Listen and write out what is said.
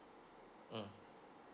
mm